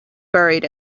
buried